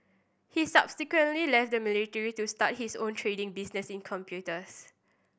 he subsequently left the military to start his own trading business in computers